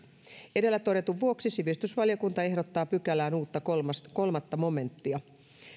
edellä todetun vuoksi sivistysvaliokunta ehdottaa pykälään uutta kolmas momenttia